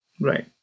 Right